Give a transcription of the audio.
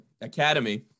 Academy